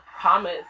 promise